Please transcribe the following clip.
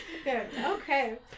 Okay